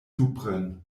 supren